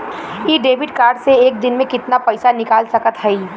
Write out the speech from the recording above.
इ debit card से एक दिन मे कितना पैसा निकाल सकत हई?